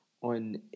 on